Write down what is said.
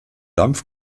dampf